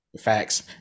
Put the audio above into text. facts